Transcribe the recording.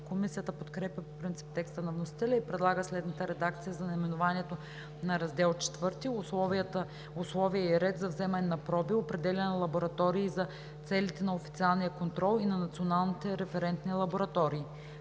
Комисията подкрепя по принцип текста на вносителя и предлага следната редакция за наименованието на Раздел IV – „Условия и ред за вземане на проби, определяне на лаборатории за целите на официалния контрол и на националните референтни лаборатории“.